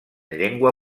llengua